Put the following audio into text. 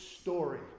story